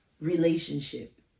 relationship